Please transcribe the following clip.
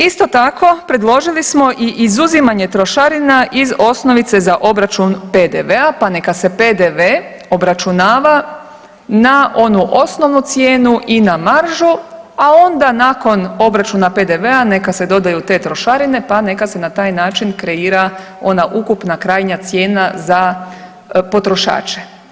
Isto tako predložili smo i izuzimanje trošarina iz osnovice za obračun PDV-a pa neka se PDV-e obračunava na onu osnovnu cijenu i na maržu, a onda nakon obračuna PDV-a neka se dodaju te trošarine, pa neka se na taj način kreira ona ukupna krajnja cijena za potrošače.